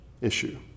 issue